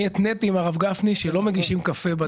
התניתי עם הרב גפני שלא מגישים קפה בדיון.